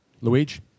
Luigi